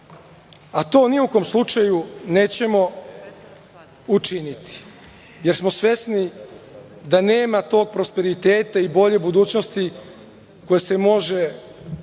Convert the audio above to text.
a to ni u kom slučaju nećemo učiniti, jer smo svesni da nema tog prosperiteta i bolje budućnosti koja se može